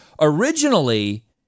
Originally